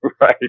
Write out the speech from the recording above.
right